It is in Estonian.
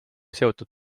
seotud